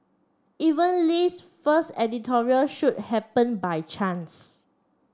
even Lee's first editorial shoot happen by chance